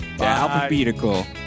Alphabetical